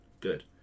good